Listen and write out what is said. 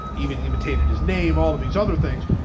even imitated his name, all of these other things.